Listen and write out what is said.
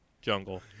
jungle